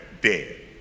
dead